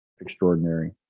extraordinary